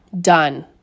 Done